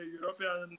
European